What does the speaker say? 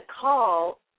call